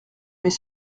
mais